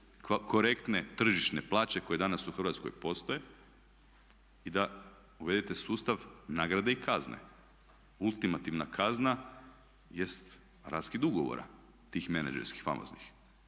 korektne tržišne plaće koje danas u Hrvatskoj postoje i da uvedete sustav nagrade i kazne. Ultimativna kazna jest raskid ugovora tih menadžerskih, famoznih.